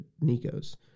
Nico's